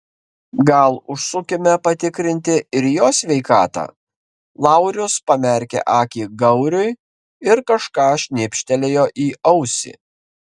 gal užsukime patikrinti ir jo sveikatą laurius pamerkė akį gauriui ir kažką šnibžtelėjo į ausį